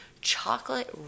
chocolate